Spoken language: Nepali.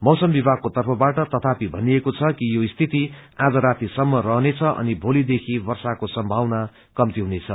मौसम विभागको तर्फबाट तथापि भनिएको छ कि यो स्थिति आज राती सम्म रहनेछ अनि भोली देखी वर्षाको सम्भावना कम्ती हुनेछ